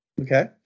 Okay